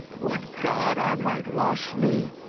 would god i might wash me!